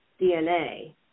DNA